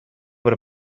per